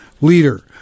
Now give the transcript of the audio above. leader